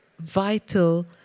vital